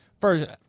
first